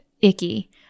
icky